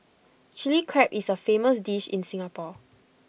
Chilli Crab is A famous dish in Singapore